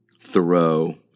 Thoreau